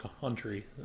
country